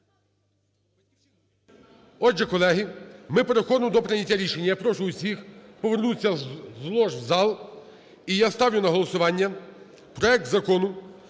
Отже, колеги, ми переходимо до прийняття рішення. Я прошу усіх повернутися з лож в зал. І я ставлю на голосування проект Закону